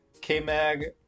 K-Mag